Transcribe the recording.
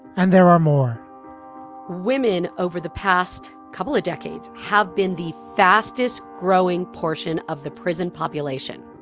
and there are more women over the past couple of decades have been the fastest growing portion of the prison population.